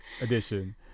edition